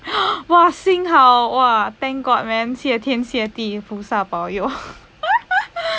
哇幸好 !wah! thank god man 谢天谢地菩萨保佑